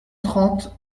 trente